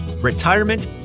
retirement